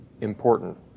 important